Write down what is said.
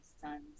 sons